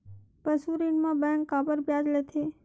पशु ऋण म बैंक काबर ब्याज लेथे?